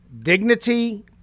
dignity